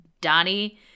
Donnie